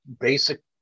basic